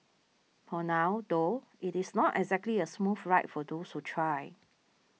for now though it is not exactly a smooth ride for those who try